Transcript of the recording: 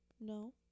No